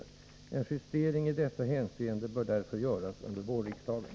En justering i detta hänseende bör därför göras under vårriksdagen.